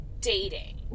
dating